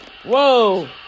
Whoa